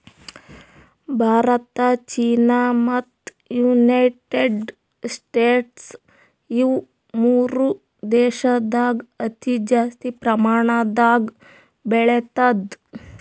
Bharat China ಮತ್ತ್ United States ಇವ್ ಮೂರ್ ದೇಶದಾಗ್ ಹತ್ತಿ ಜಾಸ್ತಿ ಪ್ರಮಾಣದಾಗ್ ಬೆಳಿತದ್